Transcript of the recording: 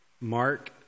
Mark